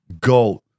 go